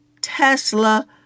Tesla